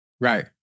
Right